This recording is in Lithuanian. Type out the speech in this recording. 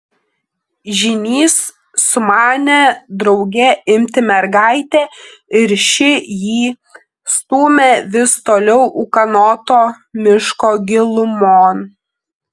žynys sumanė drauge imti mergaitę ir ši jį stūmė vis toliau ūkanoto miško gilumon